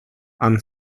and